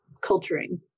culturing